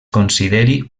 consideri